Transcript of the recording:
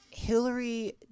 Hillary